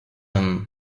island